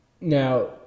Now